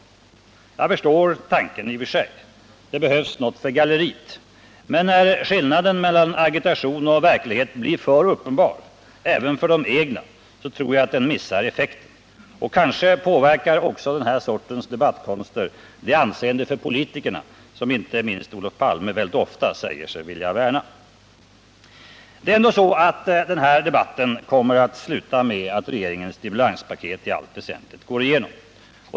Jag förstår tanken i och för sig: det behövs något för galleriet! Men när skillnaden mellan agitationen och verkligheten blir för uppenbar, även för de egna, så tror jag att den missar effekten. Kanske påverkar också den här sortens debattkonster det anseende för politikerna som inte minst Olof Palme väldigt ofta säger sig vilja värna. Det är ändå så att den här debatten kommer att sluta med att regeringens stimulanspaket i allt väsentligt går igenom.